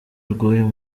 rw’uyu